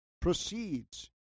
proceeds